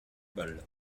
bal